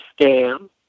scam